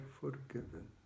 forgiven